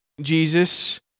Jesus